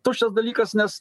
tuščias dalykas nes